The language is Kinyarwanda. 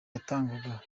yatangaga